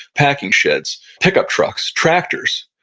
packing sheds, pickup trucks, tractors.